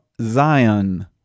Zion